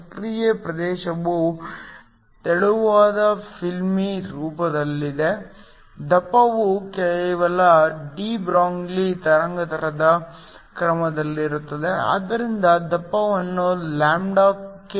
ಸಕ್ರಿಯ ಪ್ರದೇಶವು ತೆಳುವಾದ ಫಿಲ್ಮ್ ರೂಪದಲ್ಲಿದ್ದರೆ ದಪ್ಪವು ಕೇವಲ ಡಿ ಬ್ರೊಗ್ಲಿ ತರಂಗಾಂತರದ ಕ್ರಮದಲ್ಲಿರುತ್ತದೆ ಆದ್ದರಿಂದ ದಪ್ಪವನ್ನು ಲ್ಯಾಂಬ್ಡಾಕ್ಕೆ ಹೋಲಿಸಬಹುದು